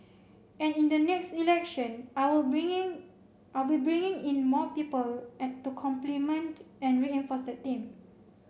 and in the next election I will bringing I will bringing in more people to complement and reinforce that team